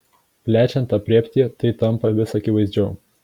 plečiant aprėptį tai tampa vis akivaizdžiau